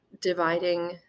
dividing